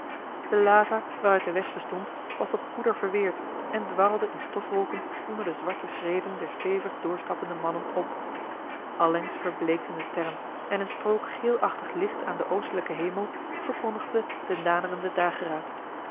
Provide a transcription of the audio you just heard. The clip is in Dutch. de lava waaruit de weg bestond was tot poeder verweerd en dwarrelde in stofwolken onder de zware schreden der stevig doorstappende mannen op allengs verbleekten de sterren en eene strook geelachtig licht aan den oostelijken hemel verkondigde den naderenden dageraad